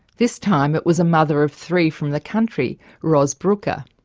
this time it was a mother of three from the country ros brooker.